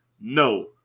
No